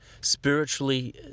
spiritually